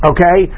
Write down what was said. Okay